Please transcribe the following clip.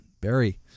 Barry